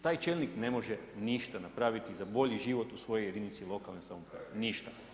Taj čelnik ne može ništa napraviti za bolji život u svojoj jedinici lokalne samouprave, ništa.